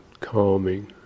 calming